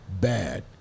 Bad